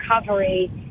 recovery